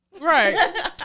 Right